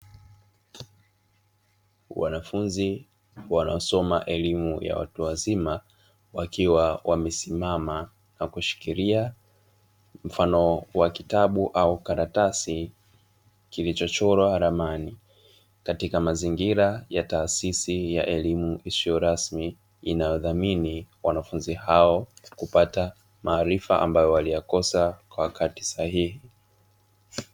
Wanafunzi wanaosoma elimu ya watu wazima wakiwa wamesimama na kushikilia mfano wa kitabu au karatasi kilichochorwa ramani; katika mazingira ya taasisi ya elimu isiyo rasmi inayodhamini wanafunzi hao kupata maarifa ambayo waliyakosa kwa wakati sahihi.